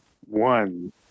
One